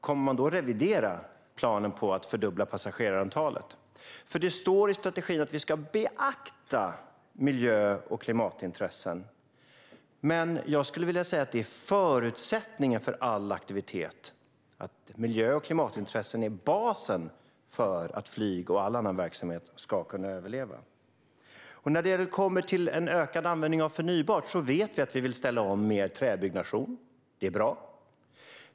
Kommer man att revidera planen på att fördubbla passagerarantalet om vi inte lyckas nå effektiviseringsmålen? Det står nämligen i strategin att vi ska beakta miljö och klimatintressen. Jag skulle dock vilja säga att förutsättningen för all aktivitet är att miljö och klimatintressen är basen för att flyg och all annan verksamhet ska kunna överleva. När det gäller en ökad användning av förnybart vet vi att vi vill ställa om till mer träbyggnation. Det är bra.